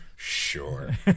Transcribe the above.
Sure